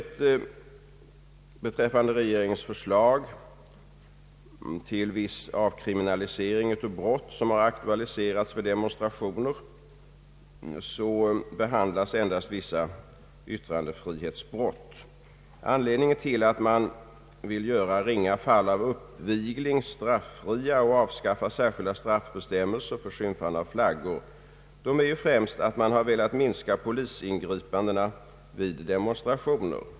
Beträffande regeringens förslag till viss avkriminalisering av brott som har aktualiserats vid demonstrationer behandlas i övrigt endast vissa yttrandefrihetsbrott. Anledningen till att man vill göra ringa fall av uppvigling strafffria och avskaffa särskilda straffbestämmelser för skymfande av flaggor är ju främst att man har velat minska polisingripandena vid demonstrationer.